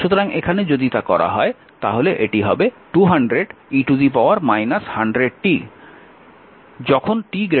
সুতরাং এখানে যদি তা করা হয় তাহলে এটি হবে 200 e 100t যখন t 0